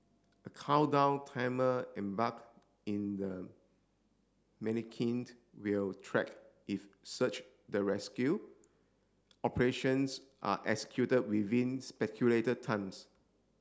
a countdown timer embarked in the manikin will track if search the rescue operations are executed within times